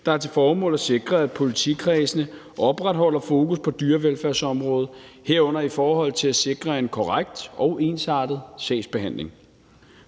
der har til formål at sikre, at politikredsene opretholder fokus på dyrevelfærdsområdet, herunder i forhold til at sikre en korrekt og ensartet sagsbehandling.